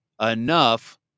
Enough